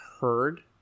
heard